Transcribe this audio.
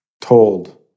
told